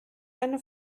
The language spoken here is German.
eine